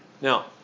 Now